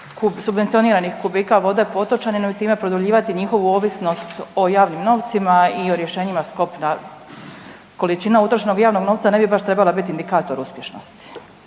subvencioniranih kubika vode po otočaninu i time produljivati njihovu ovisnost o javnim novcima i o rješenjima s kopna. Količina utrošenog javnog novca ne bi baš trebala biti indikator uspješnosti.